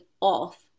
off